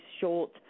short